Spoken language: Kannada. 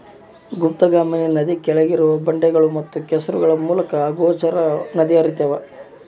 ಗುಪ್ತಗಾಮಿನಿ ನದಿ ಕೆಳಗಿರುವ ಬಂಡೆಗಳು ಮತ್ತು ಕೆಸರುಗಳ ಮೂಲಕ ಅಗೋಚರವಾಗಿ ನದಿ ಹರ್ತ್ಯಾವ